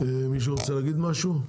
מישהו רוצה להגיד משהו?